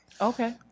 Okay